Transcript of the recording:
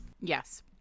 Yes